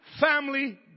family